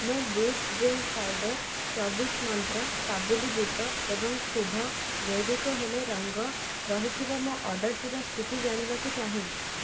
ମୁଁ boost drink powder ଚବିଶ ମନ୍ତ୍ର କାବୁଲି ବୁଟ ଏବଂ ଶୁଭ ଜୈବିକ ହୋଲି ରଙ୍ଗ ରହିଥିବା ମୋ ଅର୍ଡ଼ର୍ଟିର ସ୍ଥିତି ଜାଣିବାକୁ ଚାହେଁ